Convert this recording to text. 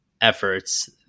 efforts